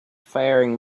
faring